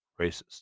racist